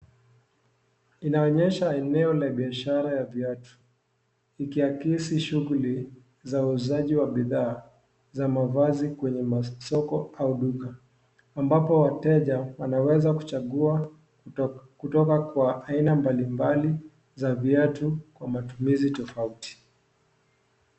Inaonyesha eneo la biashara ya viatu ikiakisi shughuli za wauzaji wa bidhaa za mavazi kwenye masoko au duka ambapo wateja wanaweza kuchagua kutoka kwa aina mbalimbali za viatu kwa matumizi tofauti.